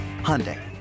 Hyundai